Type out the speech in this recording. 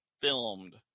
filmed